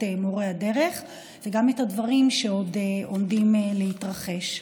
מורי הדרך וגם את הדברים שעוד עומדים להתרחש.